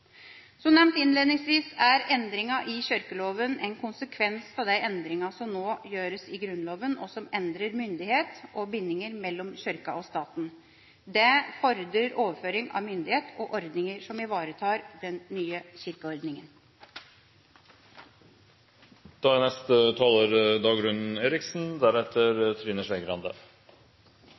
Som nevnt innledningsvis er endringene i kirkeloven en konsekvens av de endringene som nå gjøres i Grunnloven, og som endrer myndighet og bindinger mellom Kirken og staten. Det fordrer overføring av myndighet og ordninger som ivaretar den nye kirkeordningen. Dette er